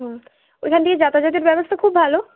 হুম ওইখান থেকে যাতায়াতের ব্যবস্থা খুব ভালো